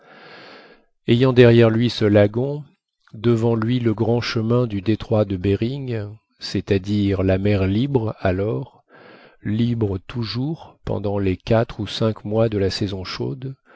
ayant derrière lui ce lagon devant lui le grand chemin du détroit de behring c'est-à-dire la mer libre alors libre toujours pendant les quatre ou cinq mois de la saison chaude